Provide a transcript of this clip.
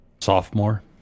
sophomore